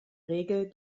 regel